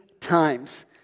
times